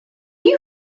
you